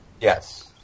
Yes